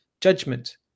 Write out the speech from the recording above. judgment